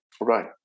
Right